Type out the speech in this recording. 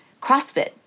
CrossFit